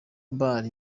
ball